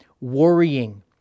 worrying